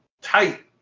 tight